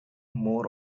more